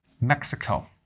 Mexico